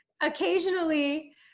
occasionally